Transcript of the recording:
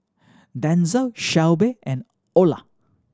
Denzel Shelbie and Olar